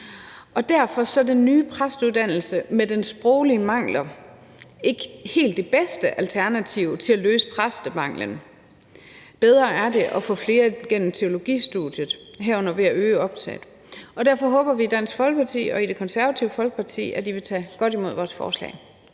og derfor er den nye præsteuddannelse med dens sproglige mangler ikke helt det bedste alternativ til at løse præstemanglen. Bedre er det at få flere igennem teologistudiet, herunder ved at øge optaget. Og derfor håber vi i Dansk Folkeparti og Det Konservative Folkeparti, at I vil tage godt imod vores forslag.